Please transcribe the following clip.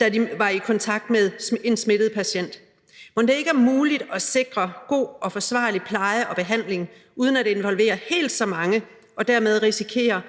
havde været i kontakt med en smittet patient. Mon ikke det er muligt at sikre god og forsvarlig pleje og behandling uden at involvere helt så mange og dermed risikere